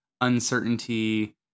uncertainty